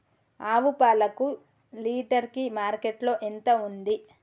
ఆవు పాలకు లీటర్ కి మార్కెట్ లో ఎంత ఉంది?